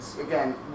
again